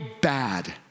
bad